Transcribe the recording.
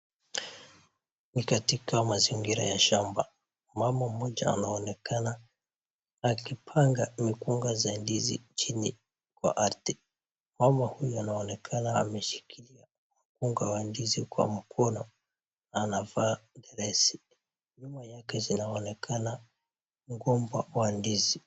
Ni katika mazingira ya shamba. Mama mmoja anaonekana akipanga mikunga za ndizi chini kwa ardhi. Mama huyu anaonekana ameshikilia mkunga wa ndizi kwa mkono na anavaa dress .Nyuma yake zinaonekana mgomba wa ndizi